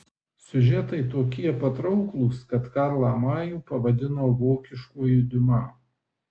siužetai tokie patrauklūs kad karlą majų pavadino vokiškuoju diuma